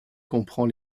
comprend